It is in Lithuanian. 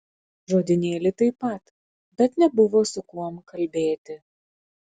žodynėlį taip pat bet nebuvo su kuom kalbėti